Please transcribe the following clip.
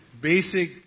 basic